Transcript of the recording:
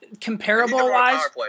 comparable-wise